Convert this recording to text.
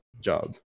job